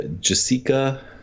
Jessica